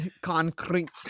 Concrete